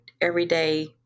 everyday